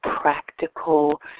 practical